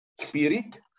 spirit